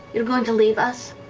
you're going to leave us?